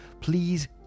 Please